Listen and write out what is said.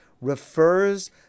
refers